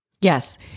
Yes